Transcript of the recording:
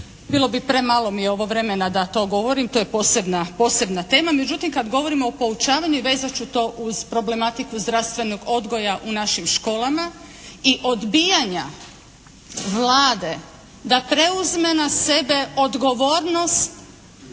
bilo bi premalo mi ovo vremena da to govorim. To je posebna tema. Međutim, kad govorimo o poučavanju vezat ću to uz problematiku zdravstvenog odgoja u našim školama i odbijanja Vlade da preuzme na sebe odgovornost